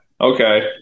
Okay